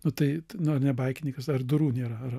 nu tai nu ar ne baikininkas ar durų nėra ar